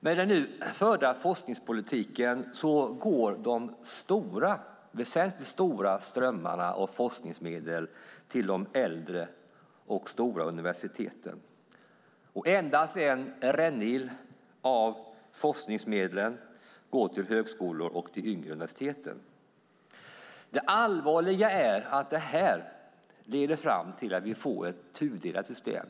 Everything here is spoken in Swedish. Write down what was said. Med den nu förda forskningspolitiken går de stora strömmarna av forskningsmedel till de äldre och stora universiteten. Endast en rännil av forskningsmedlen går till högskolorna och de yngre universiteten. Det allvarliga är att detta leder till att vi får ett tudelat system.